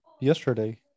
yesterday